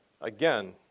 again